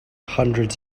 hundreds